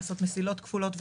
לעשות מסילות כפולות.